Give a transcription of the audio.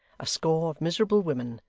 a score of miserable women,